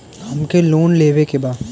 हमके लोन लेवे के बा?